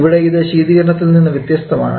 ഇവിടെ ഇത് ശീതികരണത്തിൽ നിന്നും വ്യത്യസ്തമാണ്